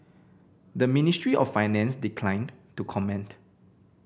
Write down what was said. the Ministry of Finance declined to comment